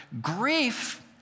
grief